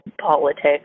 politics